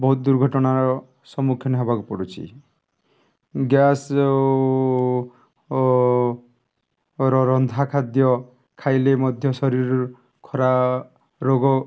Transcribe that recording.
ବହୁତ ଦୁର୍ଘଟଣାର ସମ୍ମୁଖୀନ ହେବାକୁ ପଡ଼ୁଛିି ଗ୍ୟାସ ଆଉ ରନ୍ଧା ଖାଦ୍ୟ ଖାଇଲେ ମଧ୍ୟ ଶରୀରର ଖରା ରୋଗ